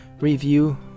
review